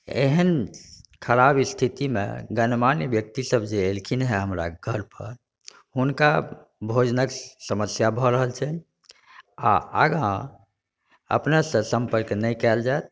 एहन खराब स्थितिमे गण्यमान व्यक्ति सभ जे एलखिन हँ हमरा घर पर हुनका भोजनके समस्या भऽ रहल छै आ आगाँ अपनेसँ सम्पर्क नहि कयल जायत